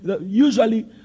Usually